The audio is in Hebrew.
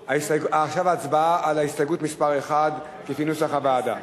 עכשיו ההצבעה על הסתייגות מס' 1, לפי נוסח הוועדה.